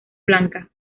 blanca